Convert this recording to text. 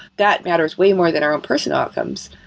that matters way more than our own personal outcomes,